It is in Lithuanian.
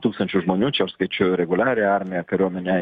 tūkstančių žmonių čia aš skaičiuoju reguliariąją armiją kariuomenę